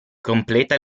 completa